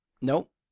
Nope